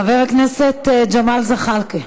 חבר הכנסת ג'מאל זחאלקה,